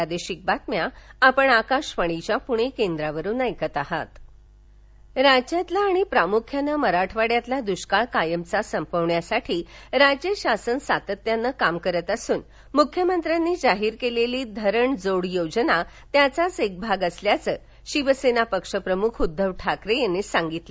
ठाकरे राज्यातला आणि प्रामुख्यानं मराठवाङ्यातला दृष्काळ कायमचा संपण्यासाठी राज्यशासन सातत्यानं काम करत असून मुख्यमंत्र्यांनी जाहीर केलेली धरणजोड योजना त्याचाच एक भाग असल्याचं शिवसेना पक्षप्रमुख उद्धव ठाकरे यांनी सांगितलं